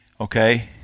okay